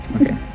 Okay